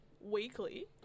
weekly